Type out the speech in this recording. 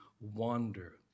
wander